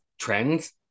trends